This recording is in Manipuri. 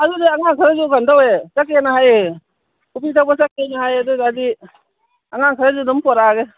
ꯑꯗꯨꯗꯤ ꯑꯉꯥꯡ ꯈꯣꯏꯒꯤ ꯀꯩꯅꯣ ꯇꯧꯋꯦ ꯆꯠꯀꯦꯅ ꯍꯥꯏꯌꯦ ꯀꯣꯐꯤ ꯊꯛꯄ ꯆꯠꯀꯦꯅ ꯍꯥꯏꯌꯦ ꯑꯗꯨ ꯑꯣꯏꯇꯔꯗꯤ ꯑꯉꯥꯡ ꯈꯔꯁꯨ ꯑꯗꯨꯝ ꯄꯨꯔꯛꯑꯒꯦ